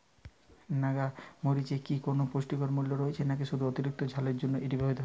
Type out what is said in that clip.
নাগা মরিচে কি কোনো পুষ্টিগত মূল্য রয়েছে নাকি শুধু অতিরিক্ত ঝালের জন্য এটি ব্যবহৃত হয়?